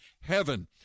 heaven